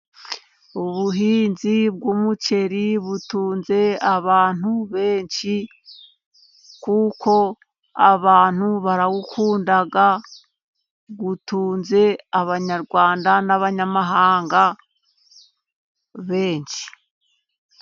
Ubuhinzi bw'umukeri butunze abantu benshi kuko abantu barawukunda, gutunze abanyarwanda n'abanyamahanga benshi.